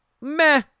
meh